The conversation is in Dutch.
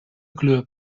kleur